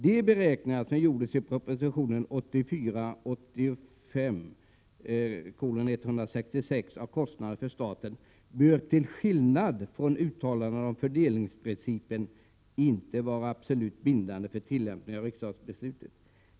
De beräkningar som gjordes i proposition 1984/85:166 av kostnaderna för staten bör, till skillnad från uttalandena om fördelningsprincipen, inte vara absolut bindande för tillämpningen av riksdagsbeslutet.